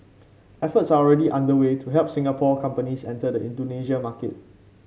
efforts are already underway to help Singapore companies enter the Indonesia market